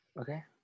Okay